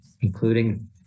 including